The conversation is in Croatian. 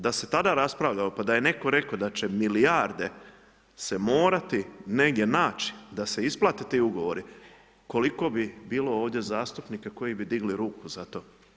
Da se tada raspravljalo pa da je netko rekao da će milijarde se morati negdje naći da se isplate ti ugovori, koliko bi bilo ovdje zastupnika koji bi digli ruku za to?